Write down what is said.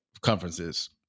conferences